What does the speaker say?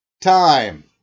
time